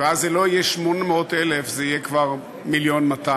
אז זה לא יהיה 800,000, זה יהיה כבר 1.2 מיליון.